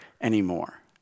anymore